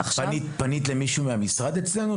פנית למישהו מהמשרד אצלנו?